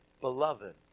Beloved